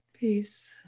Peace